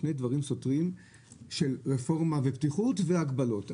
שני דברים סותרים של רפורמה ופתיחות והגבלות.